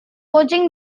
kucing